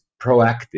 proactive